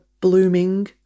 blooming